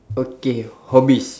okay hobbies